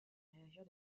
réagir